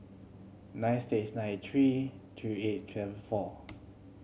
nine six nine three three eight twelve four